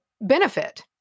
benefit